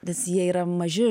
visi jie yra maži